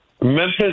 Memphis